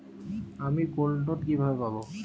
আমি গোল্ডলোন কিভাবে পাব?